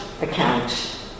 account